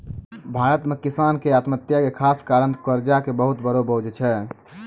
भारत मॅ किसान के आत्महत्या के खास कारण कर्जा के बहुत बड़ो बोझ छै